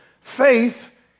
Faith